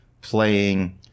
playing